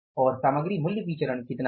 और सामग्री मूल्य विचरण कितना था